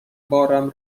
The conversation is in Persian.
بارم